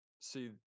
see